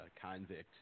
convict